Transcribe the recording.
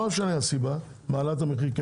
לא משנה הסיבה מעלה את המחיר?